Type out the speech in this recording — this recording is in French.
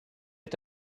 est